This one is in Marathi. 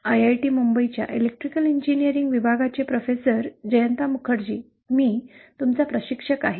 आयआयटी मुंबईच्या इलेक्ट्रिकल इंजिनीअरिंग विभागाचे प्रोफेसर जयंता मुखर्जी मी तुमचा प्रशिक्षक आहे